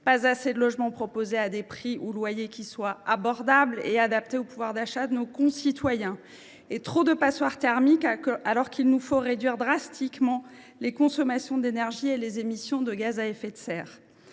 non plus de logements proposés à des prix ou loyers qui soient abordables et adaptés au pouvoir d’achat de nos concitoyens ! Et il y a trop de passoires thermiques, alors qu’il nous faut réduire drastiquement les consommations d’énergie et les émissions de gaz à effet de serre